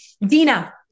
Dina